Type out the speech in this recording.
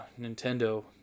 Nintendo